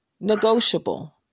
negotiable